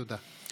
תודה.